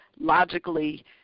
logically